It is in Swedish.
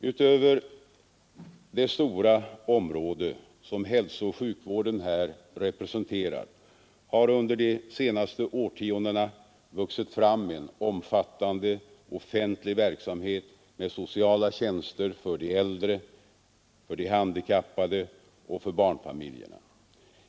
Utöver det stora område som hälsooch sjukvården här representerar har under de senaste årtiondena vuxit fram en omfattande offentlig verksamhet med sociala tjänster för de äldre, för de handikappade och för barnfamiljerna.